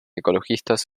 ecologistas